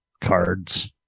cards